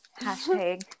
hashtag